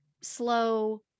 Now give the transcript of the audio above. slow